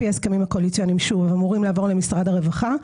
לפי ההסכמים הקואליציוניים אמורים לעבור למשרד הרווחה.